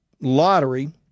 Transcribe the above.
lottery